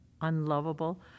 unlovable